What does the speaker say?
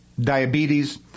diabetes